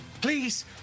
Please